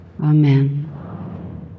Amen